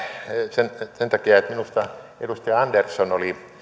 sen sen takia että minusta edustaja andersson oli